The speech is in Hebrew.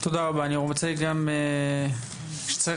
תודה רבה.